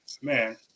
Man